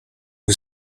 who